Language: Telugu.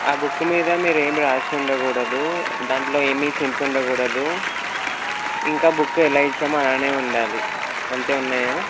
ఆ బుక్ మీద మీరు ఏం రాసి ఉండకూడదు దాంట్లో ఏమి చింపి ఉండకూడదు ఇంకా బుక్ ఎలా ఇచ్చామో అలానే ఉండాలి అంతే ఉన్నయా